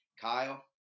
Kyle